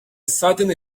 sudden